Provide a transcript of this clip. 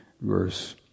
verse